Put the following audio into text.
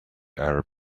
arab